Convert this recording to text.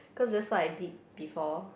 cause that's what I did before